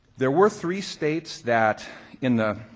there were three states that in the,